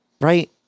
Right